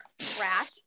trash